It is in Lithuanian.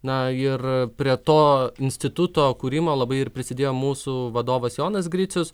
na ir prie to instituto kūrimo labai ir prisidėjo mūsų vadovas jonas gricius